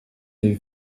les